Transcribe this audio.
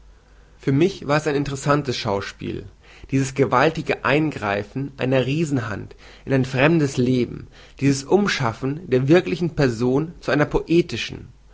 für mich war es ein interessantes schauspiel dieses gewaltige eingreifen einer riesenhand in ein fremdes leben dieses umschaffen der wirklichen person zu einer poetischen